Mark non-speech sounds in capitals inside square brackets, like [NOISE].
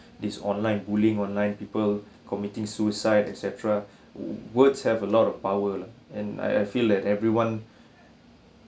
this online bullying online people committing suicide etcetera [BREATH] words have a lot of power lah and I I feel like everyone